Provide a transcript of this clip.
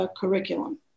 curriculum